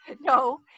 No